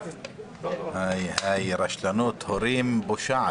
בנושא: מתן מענקים למובטלים בעד השתלבות בשוק התעסוקה